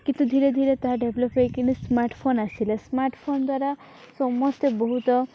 କିନ୍ତୁ ଧୀରେ ଧୀରେ ତାହା ଡେଭ୍ଲପ୍ ହେଇକିନି ସ୍ମାର୍ଟ୍ଫୋନ୍ ଆସିଲେ ସ୍ମାର୍ଟ୍ଫୋନ୍ ଦ୍ୱାରା ସମସ୍ତେ ବହୁତ